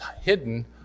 hidden